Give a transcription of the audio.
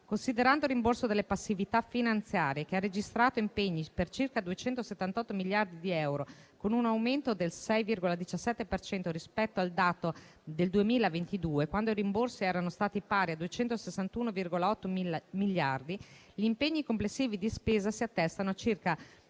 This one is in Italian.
Considerando il rimborso delle passività finanziarie, che ha registrato impegni per circa 278 miliardi di euro, con un aumento del 6,17 per cento rispetto al dato del 2022, quando i rimborsi erano stati pari a 261,8 miliardi, gli impegni complessivi di spesa si attestano a circa